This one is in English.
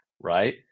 right